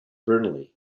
burnley